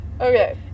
Okay